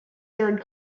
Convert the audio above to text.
third